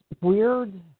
weird